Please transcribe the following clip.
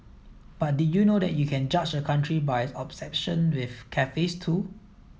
but did you know that you can judge a country by its obsession with cafes too